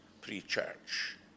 pre-church